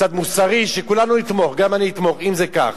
קצת מוסרית, שכולנו נתמוך, גם אני אתמוך אם זה כך,